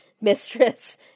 mistress